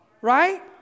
Right